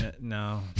No